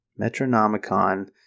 Metronomicon